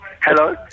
Hello